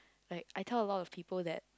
like I tell a lot of people that